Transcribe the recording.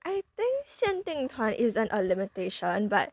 I think 限定团 isn't a limitation but